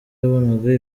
yabonaga